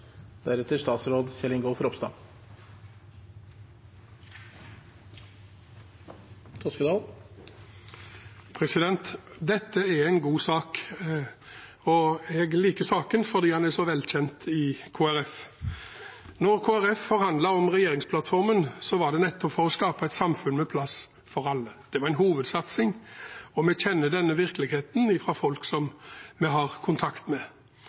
så velkjent i Kristelig Folkeparti. Da Kristelig Folkeparti forhandlet om regjeringsplattformen, var det nettopp for å skape et samfunn med plass for alle – det var en hovedsatsing – vi kjenner denne virkeligheten fra folk vi har kontakt med.